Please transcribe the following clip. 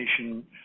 Nation